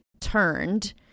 turned